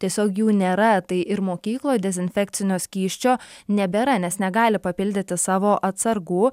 tiesiog jų nėra tai ir mokykloj dezinfekcinio skysčio nebėra nes negali papildyti savo atsargų